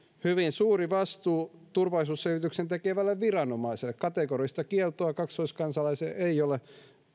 hyvin suuri vastuu turvallisuusselvityksen tekevälle viranomaiselle kategorista kieltoa kaksoiskansalaisuuteen ei ole